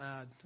add